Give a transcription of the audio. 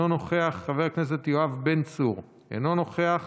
אינו נוכח, חבר הכנסת יואב בן צור, אינו נוכח.